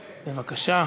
בבקשה.